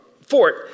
fort